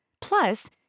Plus